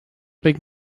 big